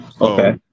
Okay